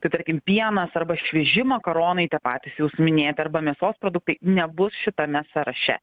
tai tarkim pienas arba švieži makaronai tie patys jūsų minėti arba mėsos produktai nebus šitame sąraše